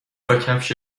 کفش